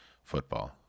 football